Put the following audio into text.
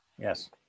Yes